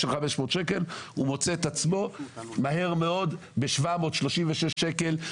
אבל מהר מאוד הוא מוצא את עצמו עם חוב של 736 שקלים.